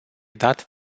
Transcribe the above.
dat